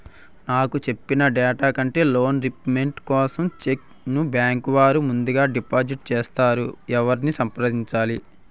నాకు చెప్పిన డేట్ కంటే లోన్ రీపేమెంట్ కోసం చెక్ ను బ్యాంకు వారు ముందుగా డిపాజిట్ చేసారు ఎవరిని సంప్రదించాలి?